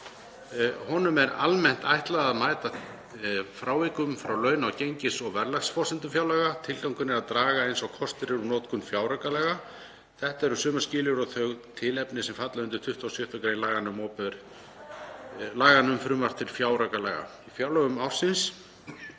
Honum er almennt ætlað að mæta frávikum frá launa-, gengis- og verðlagsforsendum fjárlaga. Tilgangurinn er að draga eins og kostur er úr notkun fjáraukalaga. Þetta eru sömu skilyrði og þau tilefni sem falla undir 26. gr. laganna um frumvarp til fjáraukalaga. Í fjárlögum ársins